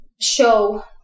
show